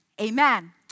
Amen